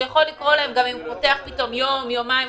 יכול לקרוא להם גם אם הוא פותח רק יום או יומיים,